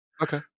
Okay